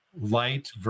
light